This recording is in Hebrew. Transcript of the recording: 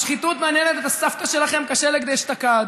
השחיתות מעניינת את הסבתא שלכם כשלג דאשתקד.